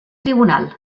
tribunal